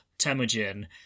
temujin